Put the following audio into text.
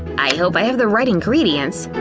i hope i have the right ingredients.